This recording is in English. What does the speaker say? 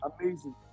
Amazing